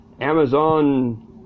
Amazon